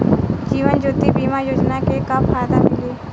जीवन ज्योति बीमा योजना के का फायदा मिली?